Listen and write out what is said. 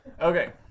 Okay